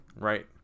right